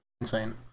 Insane